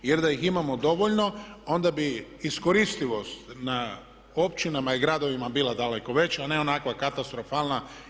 Jer da ih imamo dovoljno onda bi iskoristivost na općinama i gradovima bila daleko veća, a ne onakva katastrofalna.